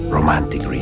Romantic